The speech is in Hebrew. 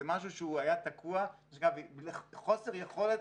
זה משהו שהוא היה תקוע בגלל חוסר יכולת